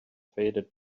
faded